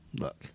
Look